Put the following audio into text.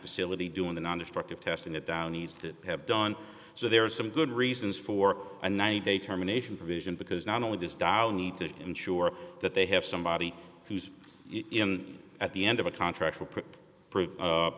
facility doing the nondestructive testing that downey's to have done so there are some good reasons for a ninety day terminations provision because not only does dollar need to ensure that they have somebody who's at the end of a contract